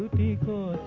vehicle